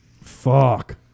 Fuck